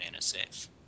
NSF